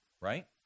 right